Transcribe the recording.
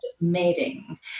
mating